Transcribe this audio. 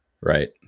Right